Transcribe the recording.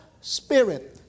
Spirit